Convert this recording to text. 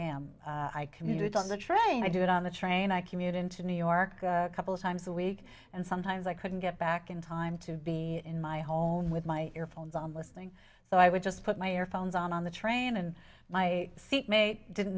i am i commute on the train i do it on the train i commute into new york a couple of times a week and sometimes i couldn't get back in time to be in my home with my earphones on listening so i would just put my earphones on on the train and my seatmate didn't